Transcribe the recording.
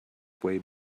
way